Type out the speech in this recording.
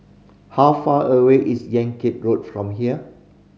how far away is Yan Kit Road from here